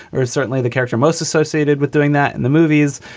or certainly the character most associated with doing that in the movies,